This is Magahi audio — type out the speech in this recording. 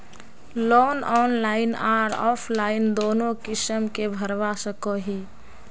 लोन ऑनलाइन आर ऑफलाइन दोनों किसम के भरवा सकोहो ही?